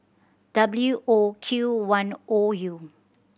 W O Q one O U